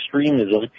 extremism